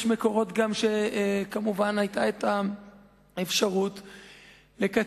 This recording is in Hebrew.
יש גם מקורות, היתה כמובן האפשרות לקצץ.